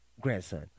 Grandson